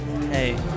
hey